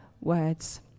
words